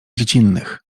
dziecinnych